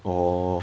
orh